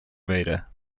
vader